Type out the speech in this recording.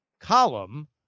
column